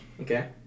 Okay